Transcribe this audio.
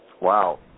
Wow